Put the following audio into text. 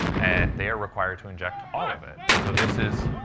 and they're required to inject all of it. and so this is